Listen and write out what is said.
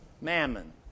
mammon